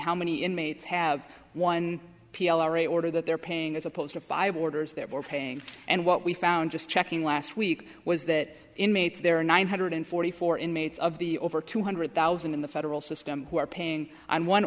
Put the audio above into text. how many inmates have one order that they're paying as opposed to by orders that were paying and what we found just checking last week was that inmates there are nine hundred forty four inmates of the over two hundred thousand in the federal system who are paying on